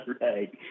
right